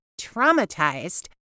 traumatized